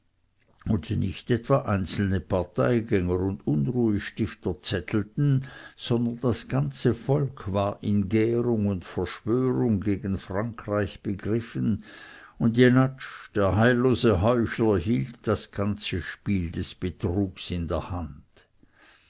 und nicht etwa einzelne parteigänger und unruhestifter zettelten sondern das gesamte volk war in gärung und verschwörung gegen frankreich begriffen und jenatsch der heillose heuchler hielt das ganze spiel des betrugs in der hand